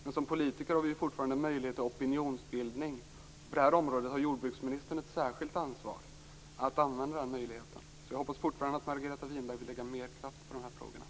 Men som politiker har vi fortfarande möjlighet till opinionsbildning. På det här området har jordbruksministern ett särskilt ansvar att använda den möjligheten. Jag hoppas därför fortfarande att Margareta Winberg vill lägga mer kraft på de här frågorna.